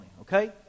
okay